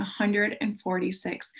146